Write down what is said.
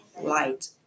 light